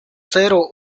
zero